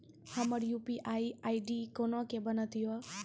हमर UPI ID कोना के बनत यो?